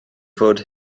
fod